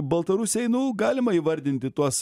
baltarusiai nu galima įvardinti tuos